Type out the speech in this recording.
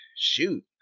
shoot